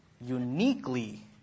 uniquely